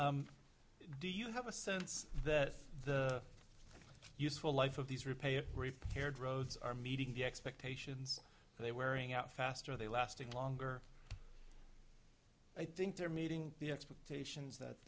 do you have a sense that the useful life of these repair repaired roads are meeting the expectations they wearing out faster they lasting longer i think they're meeting the expectations